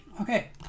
okay